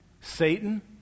Satan